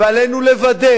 ועלינו לוודא